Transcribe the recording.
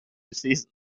seasons